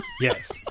Yes